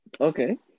Okay